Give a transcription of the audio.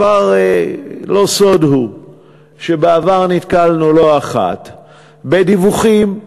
כבר לא סוד הוא שבעבר נתקלנו לא אחת בדיווחים,